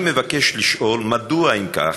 אני מבקש לשאול אותך: מדוע, אם כך,